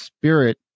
spirit